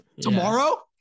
Tomorrow